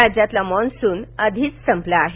राज्यातला मान्सून तर आधिच संपला आहे